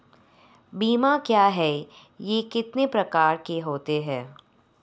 बीमा क्या है यह कितने प्रकार के होते हैं?